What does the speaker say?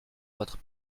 votre